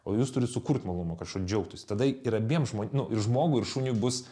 o jūs turit sukurt malonumą kad šuo džiaugtųsi tada yra abiem žmn nu ir žmogui ir šuniui bus